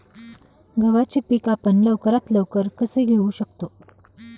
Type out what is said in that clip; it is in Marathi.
गव्हाचे पीक आपण लवकरात लवकर कसे घेऊ शकतो?